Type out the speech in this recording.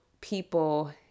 people